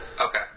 Okay